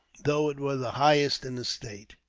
though it were the highest in the state.